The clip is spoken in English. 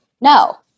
No